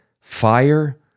fire